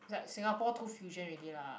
is like singapore too fusion already lah